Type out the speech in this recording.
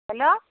hello